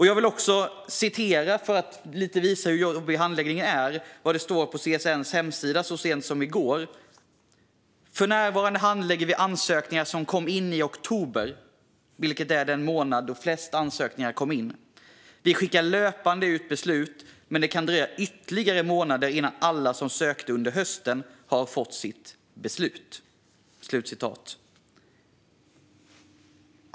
Jag vill även visa på hur jobbig handläggningen är genom att citera det som stod på CSN:s hemsida så sent som i går: "För närvarande handlägger vi ansökningar som kom in i oktober, vilket var den månad då flest ansökningar kom in. Vi skickar löpande ut beslut, men det kan dröja ytterligare några månader innan alla som sökte under hösten har fått sitt beslut."